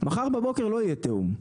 מחר בבוקר לא יהיה תיאום.